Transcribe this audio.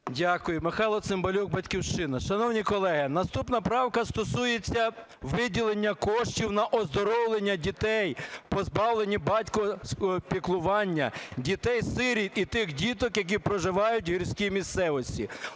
Дякую. Михайло Цимбалюк, "Батьківщина". Шановні колеги, наступна правка стосується виділення коштів на оздоровлення дітей, позбавлених батьківського піклування, дітей-сиріт і тих діток, які проживають у гірській місцевості.